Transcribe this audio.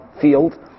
field